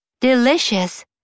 delicious